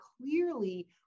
clearly